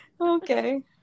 Okay